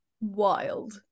Wild